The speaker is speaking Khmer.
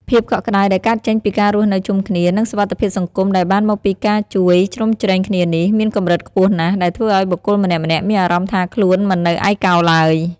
ភាពកក់ក្ដៅដែលកើតចេញពីការរស់នៅជុំគ្នា និងសុវត្ថិភាពសង្គមដែលបានមកពីការជួយជ្រោមជ្រែងគ្នានេះ មានកម្រិតខ្ពស់ណាស់ ដែលធ្វើឱ្យបុគ្គលម្នាក់ៗមានអារម្មណ៍ថាខ្លួនមិននៅឯកោឡើយ។